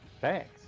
Thanks